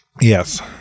Yes